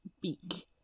beak